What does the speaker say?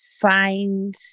find